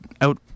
out